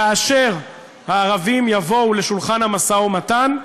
כאשר הערבים יבוא לשולחן המשא-ומתן,